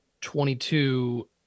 22